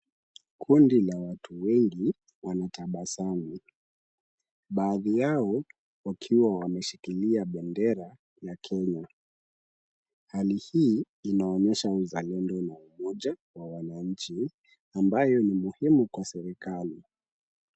Kundi la watu wengi wanatabasamu baadhi yao wakiwa wameshikilia bendera ya Kenya. Hali hii inaonyesha uzalendo na umoja wa wananchi ambayo ni muhimu kwa serikali.